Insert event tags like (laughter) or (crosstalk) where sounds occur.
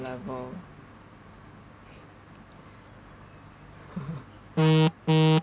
level (laughs) (noise)